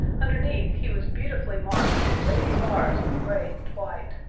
underneath he was beautifully marked with wavy bars of gray and white.